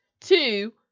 Two